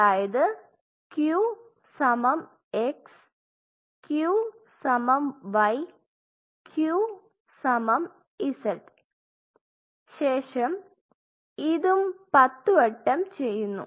അതായത് Q സമം x Q സമം y Q സമം z ശേഷം ഇതും പത്തുവട്ടം ചെയ്യുന്നു